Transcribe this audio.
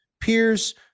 peers